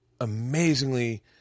amazingly